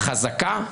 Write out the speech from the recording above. חזקה,